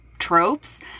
Tropes